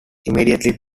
immediately